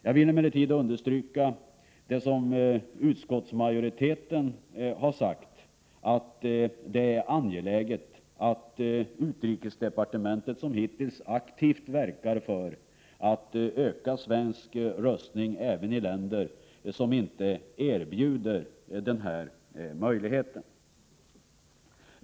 Jag vill emellertid understryka vad utskottsmajoriteten har sagt, nämligen att det är angeläget att UD som hittills aktivt verkar för att öka svensk röstning även i länder som inte erbjuder denna möjlighet.